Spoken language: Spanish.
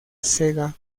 sega